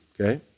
Okay